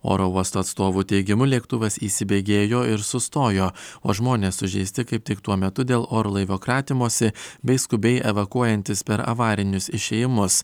oro uosto atstovų teigimu lėktuvas įsibėgėjo ir sustojo o žmonės sužeisti kaip tik tuo metu dėl orlaivio kratymosi bei skubiai evakuojantis per avarinius išėjimus